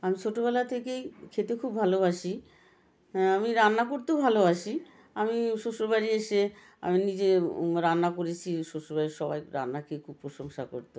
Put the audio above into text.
আমি ছোটবেলা থেকেই খেতে খুব ভালোবাসি আমি রান্না করতেও ভালোবাসি আমি শ্বশুরবাড়ি এসে আমি নিজে রান্না করেছি শ্বশুরবাড়ির সবাই রান্না খেয়ে খুব প্রশংসা করতো